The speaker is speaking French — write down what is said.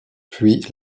puis